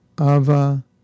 ava